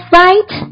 right